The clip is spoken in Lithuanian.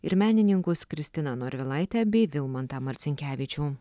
ir menininkus kristiną norvilaitę bei vilmantą marcinkevičių